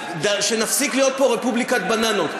שחייבה אותנו להפסיק להיות פה רפובליקת בננות.